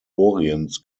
orients